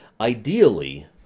Ideally